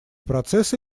процессы